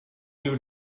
new